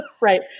Right